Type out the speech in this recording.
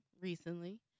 recently